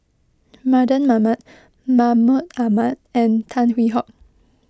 Mardan Mamat Mahmud Ahmad and Tan Hwee Hock